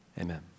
Amen